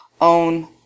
own